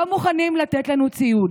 לא מוכנים לתת לנו ציוד".